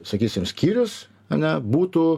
sakysim skyrius ane būtų